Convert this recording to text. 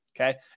okay